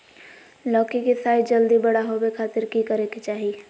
लौकी के साइज जल्दी बड़ा होबे खातिर की करे के चाही?